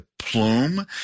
plume